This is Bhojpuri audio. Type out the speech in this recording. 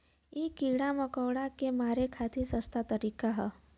इ कीड़ा मकोड़ा के मारे खातिर सस्ता तरीका हौ